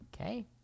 Okay